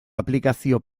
aplikazio